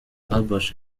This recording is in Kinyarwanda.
albert